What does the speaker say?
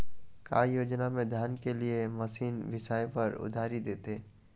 का योजना मे धान के लिए मशीन बिसाए बर उधारी देथे?